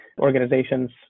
organizations